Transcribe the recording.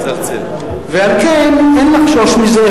ועל כן אין לחשוש מזה,